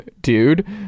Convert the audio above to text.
dude